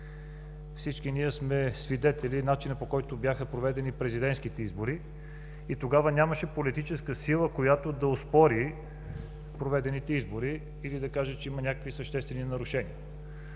Всички ние сме свидетели на начина, по който бяха проведени президентските избори. Тогава нямаше политическа сила, която да оспори проведените избори или да каже, че има някакви съществени нарушения.